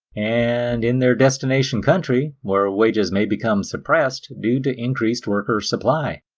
and in their destination country, where wages may become suppressed due to increased worker supply.